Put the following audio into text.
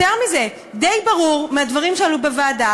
יותר מזה: די ברור מהדברים שעלו בוועדה